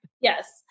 Yes